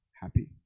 happy